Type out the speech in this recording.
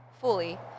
fully